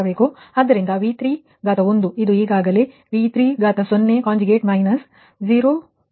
ಆದ್ದರಿಂದ V31 ಇದು ಈಗಾಗಲೇ ನೀವು V30 ಕಾಂಜುಗೇಟ್ ಮೈನಸ್ 0